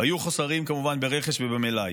היו חוסרים, כמובן, ברכש ובמלאי.